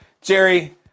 Jerry